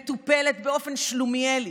מטופלת באופן שלומיאלי,